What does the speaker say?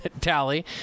tally